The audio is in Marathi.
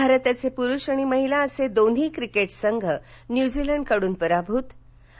भारताचे पुरूष आणि महिला असे दोन्ही क्रिकेट संघ न्युझीलंडकडून पराभूत आणि